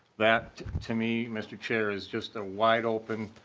that to me mr. chair is just a wide-open